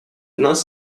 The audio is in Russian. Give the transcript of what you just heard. нас